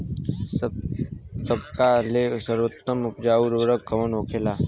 सबका ले सर्वोत्तम उपजाऊ उर्वरक कवन होखेला?